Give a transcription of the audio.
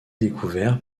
découvert